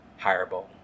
hireable